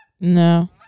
No